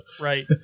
Right